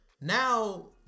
now